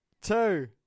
two